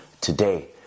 today